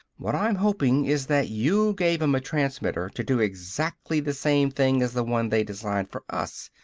what i'm hoping is that you gave em a transmitter to do exactly the same thing as the one they designed for us.